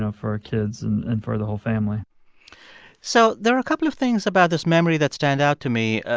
ah for our kids and and for the whole family so there are a couple of things about this memory that stand out to me,